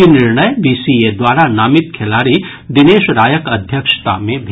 ई निर्णय बीसीए द्वारा नामित खेलाड़ी दिनेश रायक अध्यक्षता मे भेल